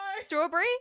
strawberry